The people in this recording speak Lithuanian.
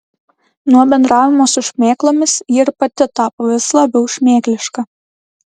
nuo bendravimo su šmėklomis ji ir pati tapo vis labiau šmėkliška